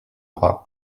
bras